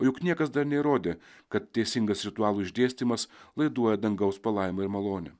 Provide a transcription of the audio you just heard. o juk niekas dar neįrodė kad teisingas ritualų išdėstymas laiduoja dangaus palaimą ir malonę